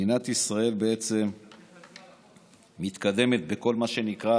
מדינת ישראל מתקדמת בכל מה שנקרא